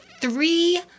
three